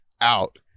out